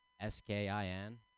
S-K-I-N